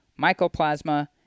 mycoplasma